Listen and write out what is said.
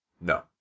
No